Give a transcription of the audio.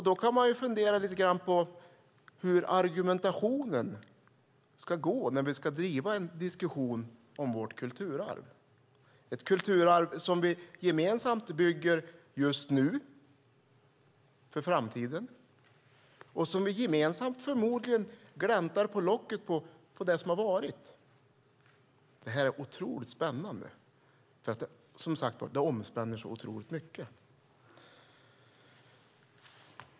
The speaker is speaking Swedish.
Då kan man fundera lite grann på hur argumentationen ska gå när vi ska driva en diskussion om vårt kulturarv - ett kulturarv som vi gemensamt bygger just nu för framtiden och som vi gemensamt förmodligen gläntar på locket på när det gäller det som har varit. Detta är otroligt spännande, för det omspänner så otroligt mycket.